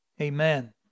Amen